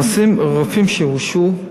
הנושא של רופאים שהורשעו,